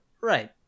right